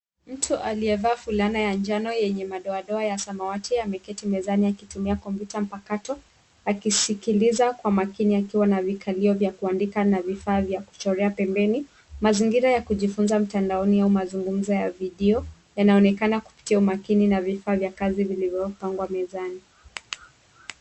Mtu aliyevaa fulana ya njano yenye madoadoa ya samwati ameketi mezani akitumia kompyuta mpakato akisikiliza kwa makini akiwa vikalio vya kuandika na vifaa vya kuchorea pembeni. Mazingira ya kujifunza mtandaoni au mazungumzo ya video yanaonekana kupitia umakini na vifaa vya kazi vilivyopangwa mezani.